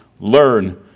Learn